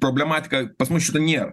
problematika pas mus šito nier